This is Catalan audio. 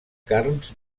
carns